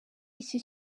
iki